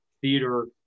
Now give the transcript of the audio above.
theater